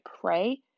pray